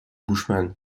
bushman